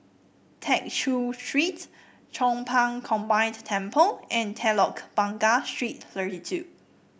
Tew Chew Street Chong Pang Combined Temple and Telok Blangah Street Thirty two